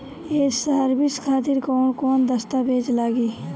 ये सर्विस खातिर कौन कौन दस्तावेज लगी?